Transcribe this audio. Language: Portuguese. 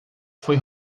foi